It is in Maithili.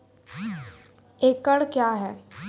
एकड कया हैं?